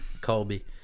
Colby